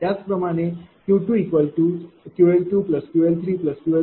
त्याचप्रमाणे Q2QL2QL3QL4QLoss2QLoss3आहे